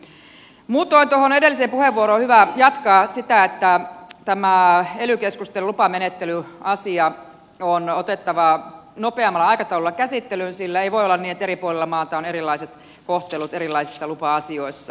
muutoin tuohon edelliseen puheenvuoroon liittyen on hyvä jatkaa että tämä ely keskusten lupamenettelyasia on otettava nopeammalla aikataululla käsittelyyn sillä ei voi olla niin että eri puolilla maata on erilaiset kohtelut erilaisissa lupa asioissa